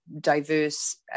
diverse